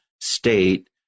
state